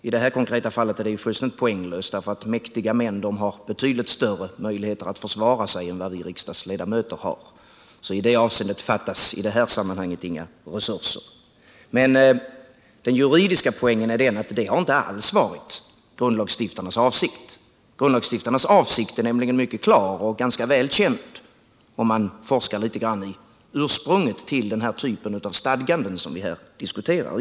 I det här konkreta fallet är det resonemanget fullständigt poänglöst; mäktiga män har betydligt större möjligheter att försvara sig än vi riksdagsledamöter har, så i det avseendet fattas i detta sammanhang inga resurser. Men den juridiska poängen är att detta inte alls varit grundlagsstiftarnas avsikt. Grundlagsstiftarnas avsikt är nämligen mycket klar och ganska väl känd, vilket man kan upptäcka om man forskar litet i den typ av stadganden i grundlagen som vi här diskuterar.